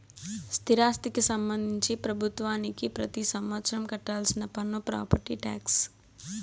స్థిరాస్తికి సంబంధించి ప్రభుత్వానికి పెతి సంవత్సరం కట్టాల్సిన పన్ను ప్రాపర్టీ టాక్స్